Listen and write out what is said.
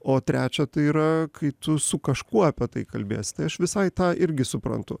o trečia tai yra kai tu su kažkuo apie tai kalbėsi tai aš visai tą irgi suprantu